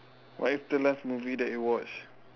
what is the last movie that you watched